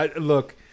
Look